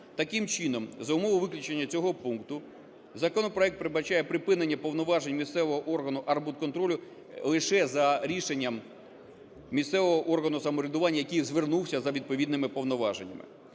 Таким чином, за умови виключення цього пункту законопроект передбачає припинення повноважень місцевого органу архбудконтролю лише за рішенням місцевого органу самоврядування, який звернувся за відповідними повноваженнями.